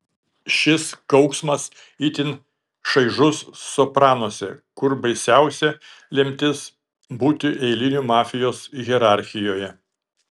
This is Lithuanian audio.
šis kauksmas itin šaižus sopranuose kur baisiausia lemtis būti eiliniu mafijos hierarchijoje